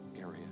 area